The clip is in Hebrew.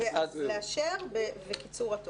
לאשר וקיצור התוקף.